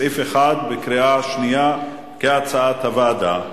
בקריאה שנייה, כהצעת הוועדה.